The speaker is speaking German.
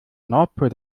nordpol